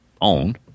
own